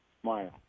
Smile